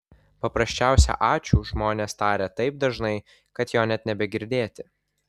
paprasčiausią ačiū žmonės taria taip dažnai kad jo net nebegirdėti